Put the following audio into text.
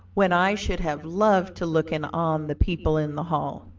when i should have loved to look in on the people in the hall.